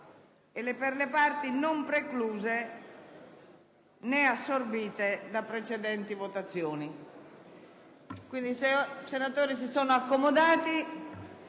e per le parti non precluse né assorbite da precedenti votazioni.